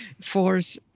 force